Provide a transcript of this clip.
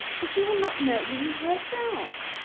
for she will not know him herself.